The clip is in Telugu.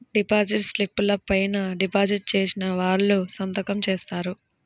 డిపాజిట్ స్లిపుల పైన డిపాజిట్ చేసిన వాళ్ళు సంతకం జేత్తారు